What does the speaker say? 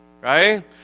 Right